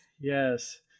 Yes